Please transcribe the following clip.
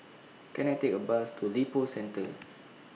Can I Take A Bus to Lippo Centre